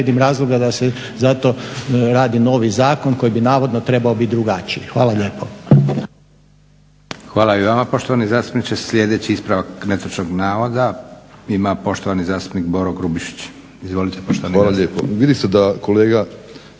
vidim razloga da se zato radi novi zakon koji bi navodno trebao biti drugačiji. Hvala lijepo. **Leko, Josip (SDP)** Hvala i vama poštovani zastupniče. Sljedeći ispravak netočnog navoda ima poštovani zastupnik Boro Grubišić. Izvolite poštovani zastupniče. **Grubišić, Boro